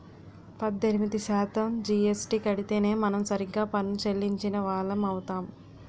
పద్దెనిమిది శాతం జీఎస్టీ కడితేనే మనం సరిగ్గా పన్ను చెల్లించిన వాళ్లం అవుతాం